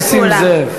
חבר הכנסת נסים זאב.